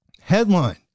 headline